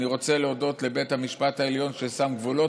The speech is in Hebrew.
אני רוצה להודות לבית המשפט העליון, ששם גבולות.